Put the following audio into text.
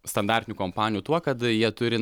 standartinių kompanijų tuo kad jie turi